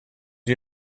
you